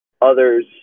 others